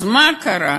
אז מה קרה?